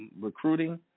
recruiting